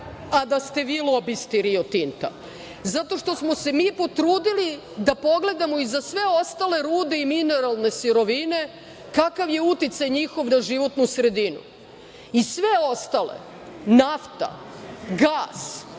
a da ste vi lobisti Rio Tinta zato što smo se mi potrudili da pogledamo i za sve ostale rude i mineralne sirovine, kakav je uticaj njihov na životnu sredinu i sve ostale, nafta, gas,